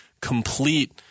complete